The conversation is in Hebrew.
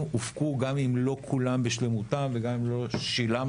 הופקו גם אם לא כולם בשלמותם וגם אם לא שילמנו,